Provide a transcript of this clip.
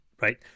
right